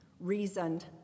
reasoned